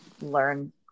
learn